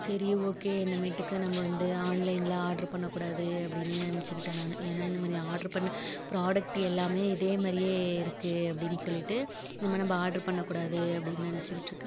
சரி ஓகே இன்னமேட்டுக்கு நம்ம வந்து ஆன்லைனில் ஆட்ரு பண்ணக்கூடாது அப்படின்னு நினச்சுக்கிட்டேன் நான் ஏன்னால் இந்த மாதிரி ஆட்ரு பண்ண ப்ராடக்ட் எல்லாமே இதே மாதிரியே இருக்குது அப்படின்னு சொல்லிவிட்டு இனிமே நம்ம ஆட்ரு பண்ணக்கூடாது அப்படின்னு நினச்சுக்கிட்டுருக்கேன்